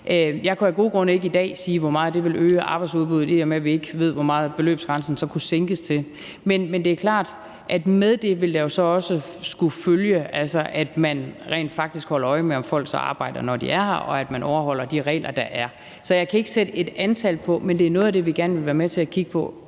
Jeg kan af gode grunde ikke i dag sige, hvor meget det vil øge arbejdsudbuddet, i og med vi ikke ved, hvor meget beløbsgrænsen så kunne sænkes til. Men det er klart, at med det vil jo så også skulle følge, at man rent faktisk holder øje med, at folk så arbejder, når de er her, og at man overholder de regler, der er. Så jeg kan ikke sætte et antal på, men det er noget af det, vi gerne vil være med til at kigge på,